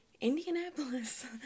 Indianapolis